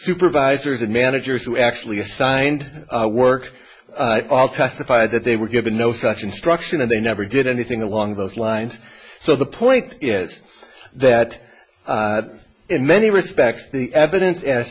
supervisors and managers who actually assigned work all testified that they were given no such instruction and they never did anything along those lines so the point is that in many respects the evidence as